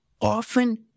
often